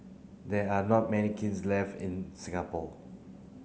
there are not many kilns left in Singapore